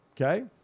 okay